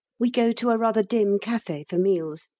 we go to a rather dim cafe for meals,